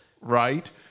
right